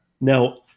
Now